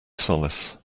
solace